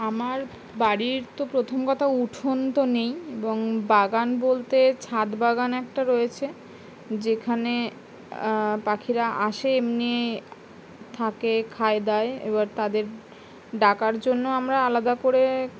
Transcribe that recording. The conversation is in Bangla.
আমার বাড়ির তো প্রথম কথা উঠোন তো নেই এবং বাগান বলতে ছাদ বাগান একটা রয়েছে যেখানে পাখিরা আসে এমনি থাকে খায় দায় এবার তাদের ডাকার জন্য আমরা আলাদা করে